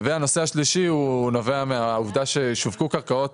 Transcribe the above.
הנושא השלישי נובע מן העובדה ששווקו קרקעות